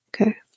okay